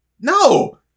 No